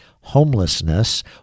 homelessness